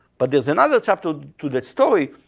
but there's another chapter to that story,